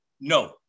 No